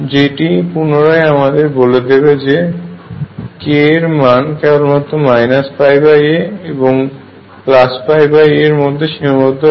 যেটি পুনরায় আমাদের বলে যে k এর মান কেবলমাত্র πa এবং πa এর মধ্যে সীমাবদ্ধ হয়